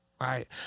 Right